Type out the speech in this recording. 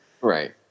Right